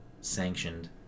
sanctioned